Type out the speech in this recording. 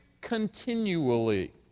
continually